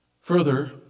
Further